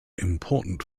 important